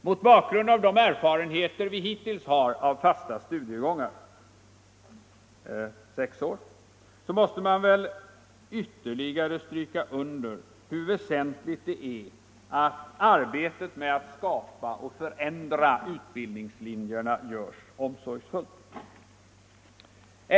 Mot bakgrund av de erfarenheter vi hittills har av de fasta studiegångarna — sex år — måste man väl ytterligare stryka under hur väsentligt det är att arbetet med att skapa och förändra utbildningslinjerna görs omsorgsfullt.